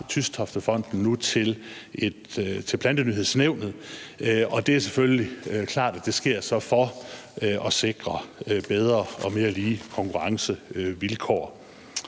TystofteFonden til Plantenyhedsnævnet. Det er selvfølgelig klart, at det sker for at sikre bedre og mere lige konkurrencevilkår.